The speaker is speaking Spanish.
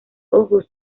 ojos